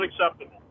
unacceptable